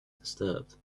disturbed